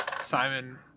simon